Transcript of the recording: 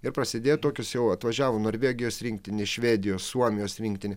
ir prasidėjo tokios jau atvažiavo norvegijos rinktinės švedijos suomijos rinktinė